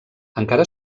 encara